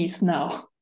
now